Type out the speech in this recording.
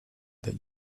that